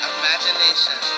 imagination